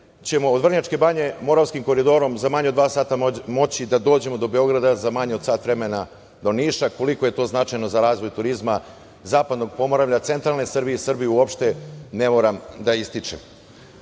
ćemo od Vrnjačke Banje Moravskim koridorom za manje od dva sata moći da dođemo do Beograda, za manje od sat vremena do Niša. Koliko je to značajno za razvoj turizma zapadnog Pomoravlja, centralne Srbije i Srbije uopšte, ne moram da